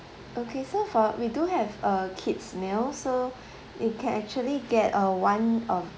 okay so for we do have uh kids meals so it can actually get a one of